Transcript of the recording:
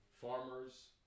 farmers